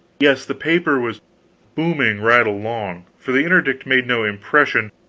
yes, the paper was booming right along, for the interdict made no impression,